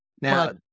Now